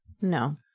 No